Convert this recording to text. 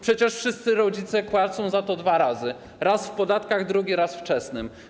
Przecież wszyscy rodzice płacą za to dwa razy: raz w podatkach, drugi raz w czesnym.